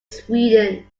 sweden